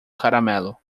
caramelo